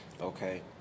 Okay